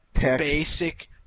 basic